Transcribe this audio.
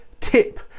tip